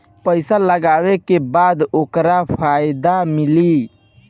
पइसा लगावे के बाद ओकर फायदा मिली